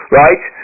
right